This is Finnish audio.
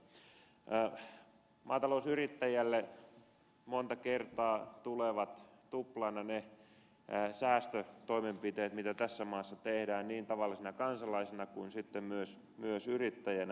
maatalousyrittäjälle monta kertaa tulevat tuplana ne säästötoimenpiteet mitä tässä maassa tehdään niin tavallisina kansalaisina kuin myös yrittäjänä